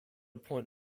point